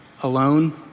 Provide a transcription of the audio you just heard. alone